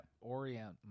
orient